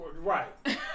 Right